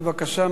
בבקשה.